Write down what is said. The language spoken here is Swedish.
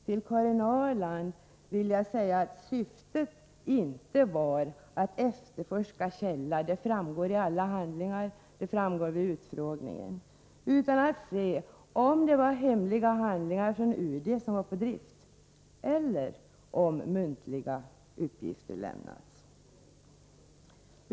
Till Karin Ahrland vill jag säga att syftet inte var att efterforska källan — det framgår av alla handlingar och av utfrågningen — utan att se om det var hemliga handlingar från UD som var på drift eller om muntliga uppgifter hade lämnats.